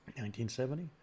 1970